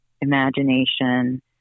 imagination